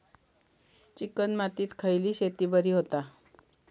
Chicken मातीत खयली शेती बरी होता?